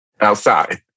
outside